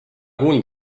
kuulnud